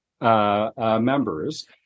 members